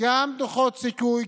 גם דוחות סיכוי,